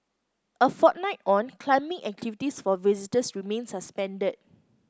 a fortnight on climbing activities for visitors remain suspended